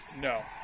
No